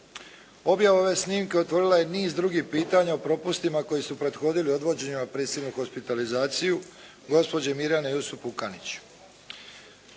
Objava ove snimke utvrdila je niz drugih pitanja u propustima koji su prethodili odvođenju na prisilnu hospitalizaciju gospođe Mirjane Jusup Pukanić.